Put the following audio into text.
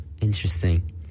Interesting